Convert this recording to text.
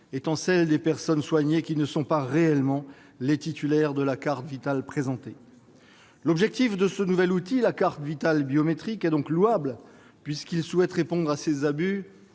concerne les personnes soignées qui ne sont pas réellement les titulaires de la carte Vitale présentée. L'objectif de ce nouvel outil, la carte Vitale biométrique, est donc louable. Il s'agit de remédier à ces abus